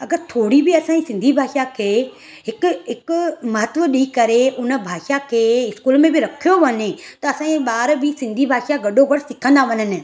अगरि थोरी बि असांजी सिंधी भाषा खे हिक इक महत्व ॾेई करे उन भाषा खे स्कूल में बि रखियो वञे त असांजी ॿार सिंधी भाषा गॾोगॾ सिखंदा वञनि